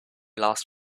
last